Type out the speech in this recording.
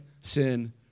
Sin